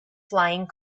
flying